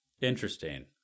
Interesting